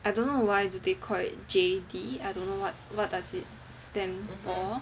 I don't know why do they call it J_D I don't know what does it stand for